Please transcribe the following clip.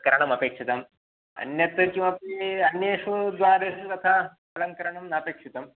करणं अपेक्षितम् अन्यत् किमपि अन्येषु द्वारेषु तथा अलङ्करणं नापेक्षितम्